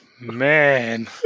man